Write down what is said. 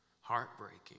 heartbreaking